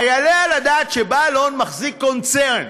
היעלה על הדעת שבעל הון מחזיק קונצרן,